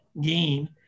gain